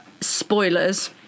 spoilers